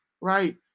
right